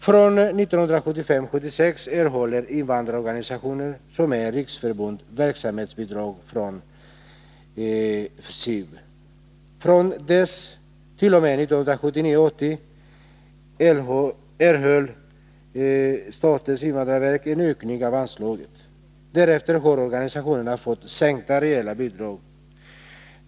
Från 1975 80 erhöll SIV en ökning av anslaget. Därefter har organisationerna fått sänkta reala bidrag.